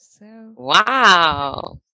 Wow